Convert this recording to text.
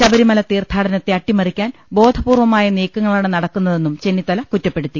ശബരിമല തീർത്ഥാടനത്തെ അട്ടിമറിക്കാൻ ബോധപൂർവ മായ നീക്കങ്ങളാണ് നടക്കുന്നതെന്നും ചെന്നിത്തല കുറ്റപ്പെടുത്തി